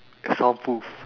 as soundproof